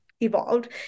Evolved